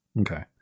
okay